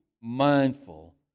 mindful